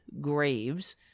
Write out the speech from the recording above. graves